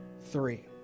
three